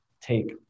take